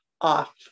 off